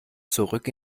zurück